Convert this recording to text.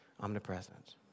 omnipresent